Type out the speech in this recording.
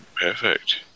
Perfect